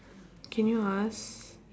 can you ask